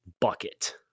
bucket